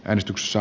äänestyksissä